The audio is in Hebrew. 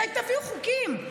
מתי תביאו חוקים?